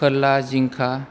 फोरला जिंखा